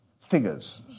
figures